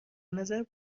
نظر